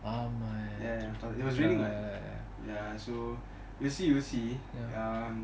ஆமா:ama ya ya but it was raining lah so we will see we will see um